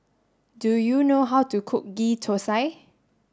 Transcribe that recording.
do you know how to cook ghee Thosai